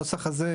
הנוסח הזה,